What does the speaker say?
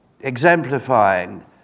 exemplifying